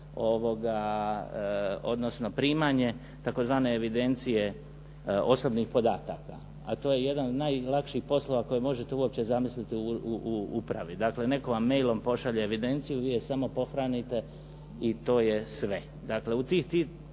odnosno primanja tzv. evidencije osobnih podataka a to je jedan od najlakših poslova koje možete uopće zamisliti u upravi. Dakle, netko vam mailom pošalje evidenciju, vi je samo pohranite i to je sve.